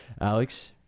Alex